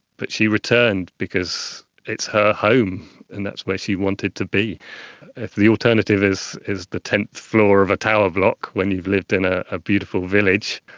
but she returned because it's her home and that's where she wanted to be. if the alternative is is the tenth floor of a tower block when you've lived in ah a beautiful village,